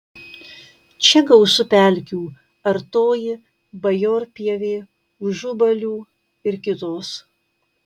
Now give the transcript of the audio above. čia gausu pelkių artoji bajorpievė užubalių ir kitos